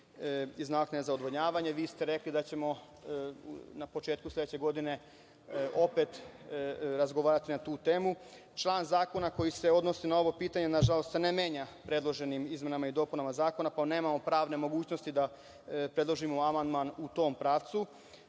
iz naknade za odvodnjavanje. Vi ste rekli da ćemo na početku sledeće godine opet razgovarati na tu temu. Član zakona koji se odnosi na ovo pitanje, nažalost, se ne menja predloženim izmenama i dopunama Zakona, pa nemamo pravne mogućnosti da predložimo amandman u tom pravcu.